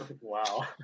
Wow